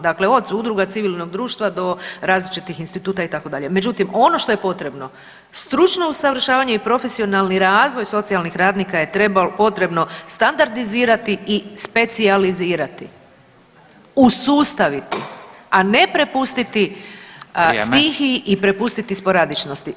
Dakle, od udruga civilnog društva do različitih instituta itd., međutim ono što je potrebno stručno usavršavanje i profesionalni razvoj socijalnih radnika je potrebno standardizirati i specijalizirati, usustaviti, a ne prepustiti [[Upadica Radin: Vrijeme.]] stihiji i prepustiti sporadičnosti.